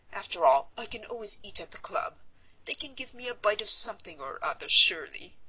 after all, i can always eat at the club they can give me a bite of something or other, surely.